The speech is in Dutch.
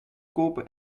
kopen